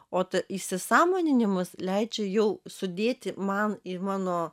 o įsisąmoninimas leidžia jų sudėti man į mano